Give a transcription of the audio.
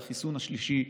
על החיסון השלישי,